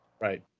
Right